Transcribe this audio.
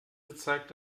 gezeigt